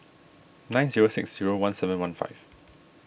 nine zero six zero one seven one five